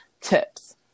tips